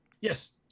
yes